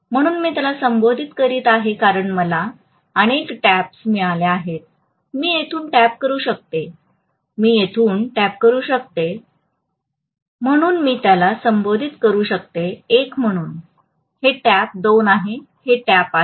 म्हणून मी त्याला संबोधित करत आहे कारण मला अनेक टॅप्स मिळाल्या आहेत मी येथून टॅप करू शकतो मी येथून टॅप करू शकतो मी येथून टॅप करू शकतो म्हणून मी त्याला संबोधित करू शकतो 1 म्हणून हे टॅप 2 आहे हे टॅप आहे